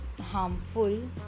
harmful